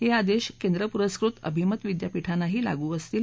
हे आदेश केंद्र पुरस्कृत अभिमत विद्यापीठाना लागू असतील